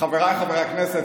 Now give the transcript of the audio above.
חבריי חברי הכנסת,